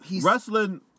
wrestling